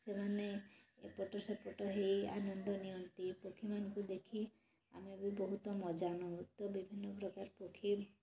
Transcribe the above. ସେମାନେ ଏପଟ ସେପଟ ହେଇ ଆନନ୍ଦ ନିଅନ୍ତି ପକ୍ଷୀ ମାନଙ୍କୁ ଦେଖି ଆମେ ବି ବହୁତ ମଜା ନଉ ତ ବିଭିନ୍ନ ପ୍ରକାର ପକ୍ଷୀ